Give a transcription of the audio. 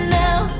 now